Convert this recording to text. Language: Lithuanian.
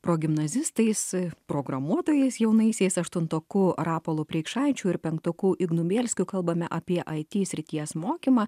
progimnazistais programuotojais jaunaisiais aštuntoku rapolu preikšaičiu ir penktoku ignu bielskiu kalbame apie it srities mokymą